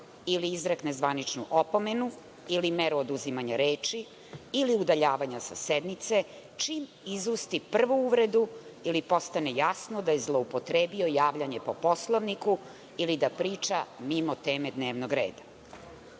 ili izrekne zvaničnu opomenu ili meru oduzimanja reči ili udaljavanja sa sednice čim izusti prvu uvredu ili postane jasno da je zloupotrebio javljanje po Poslovniku ili da priča mimo teme dnevnog reda? Na